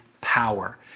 power